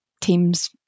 teams